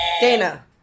Dana